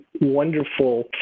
wonderful